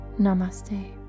Namaste